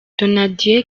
donadei